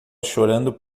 chorando